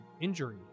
injury